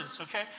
okay